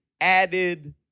added